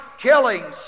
killing